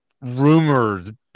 rumored